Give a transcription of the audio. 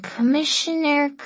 Commissioner